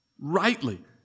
rightly